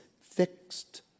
fixed